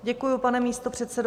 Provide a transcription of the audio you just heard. Děkuju, pane místopředsedo.